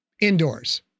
Indoors